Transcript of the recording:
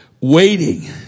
Waiting